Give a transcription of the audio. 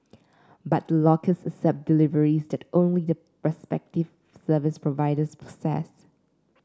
but the lockers accept deliveries that only the respective service providers process